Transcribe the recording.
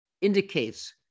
indicates